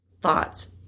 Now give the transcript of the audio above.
thoughts